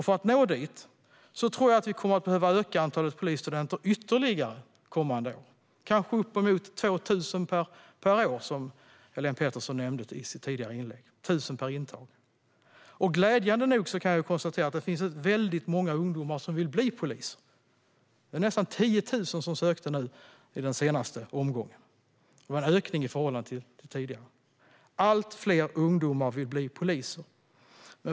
För att nå dit tror jag att vi kommer att behöva öka antalet polisstudenter ytterligare kommande år, kanske uppemot 2 000 per år, som Helene Petersson nämnde i sitt tidigare inlägg - 1 000 per intag. Glädjande nog kan jag konstatera att det finns väldigt många ungdomar som vill bli poliser - nästan 10 000 sökte nu i den senaste omgången, vilket var en ökning i förhållande till tidigare. Allt fler ungdomar vill bli poliser.